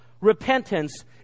repentance